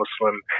Muslim